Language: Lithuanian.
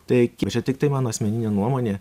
tai čia tiktai mano asmeninė nuomonė